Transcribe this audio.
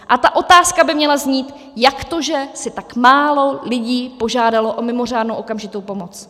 A ta otázka by měla znít: Jak to, že si tak málo lidí požádalo o mimořádnou okamžitou pomoc?